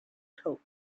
cope